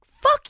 Fuck